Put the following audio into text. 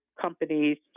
companies